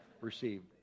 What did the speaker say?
received